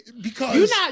because-